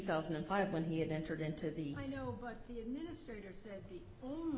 thousand and five when he had entered into the you know but